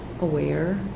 aware